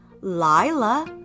Lila